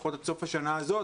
לפחות עד סוף השנה הזאת.